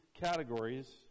categories